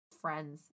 friends